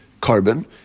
carbon